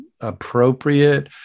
appropriate